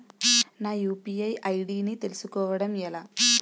నా UPI ID ని తెలుసుకోవడం ఎలా?